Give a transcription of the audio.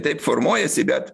taip formuojasi bet